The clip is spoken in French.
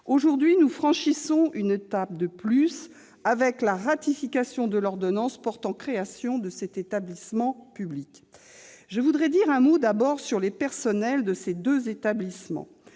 Aujourd'hui, nous franchissons une étape de plus avec la ratification de l'ordonnance portant création de cet établissement public. Je voudrais dire un mot d'abord sur les personnels de ces deux établissements.